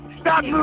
Stop